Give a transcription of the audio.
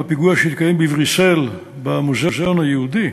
בפיגוע שהתקיים בבריסל במוזיאון היהודי,